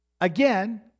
again